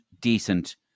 decent